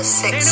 six